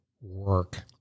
work